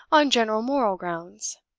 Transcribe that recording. on general moral grounds.